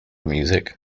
music